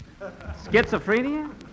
Schizophrenia